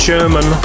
German